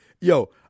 yo